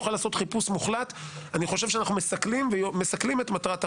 הוא יוכל לעשות חיפוש מוחלט אני חושב שאנחנו מסכלים את מטרת החוק.